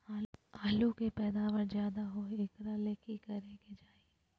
आलु के पैदावार ज्यादा होय एकरा ले की करे के चाही?